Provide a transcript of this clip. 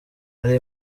ari